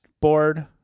board